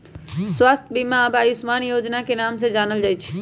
स्वास्थ्य बीमा अब आयुष्मान योजना के नाम से जानल जाई छई